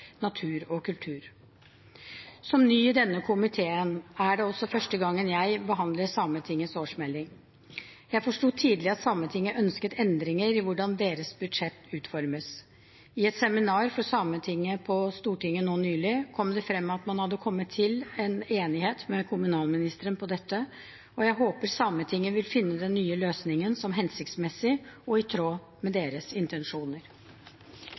natur og kultur. Som ny i denne komiteen er det også første gangen jeg behandler Sametingets årsmelding. Jeg forsto tidlig at Sametinget ønsket endringer i hvordan deres budsjett utformes. I et seminar for Sametinget på Stortinget nå nylig kom det frem at man hadde kommet til en enighet med kommunalministeren om dette, og jeg håper Sametinget vil finne den nye løsningen hensiktsmessig og i tråd med deres intensjoner.